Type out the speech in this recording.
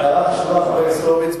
ההערה חשובה היסטורית,